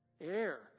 air